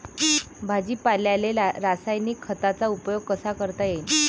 भाजीपाल्याले रासायनिक खतांचा उपयोग कसा करता येईन?